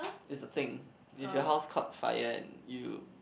it's a thing if your house caught fire and you